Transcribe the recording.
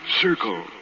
circle